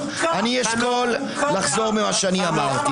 אני אשקול לחזור ממה שאני אמרתי.